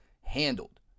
handled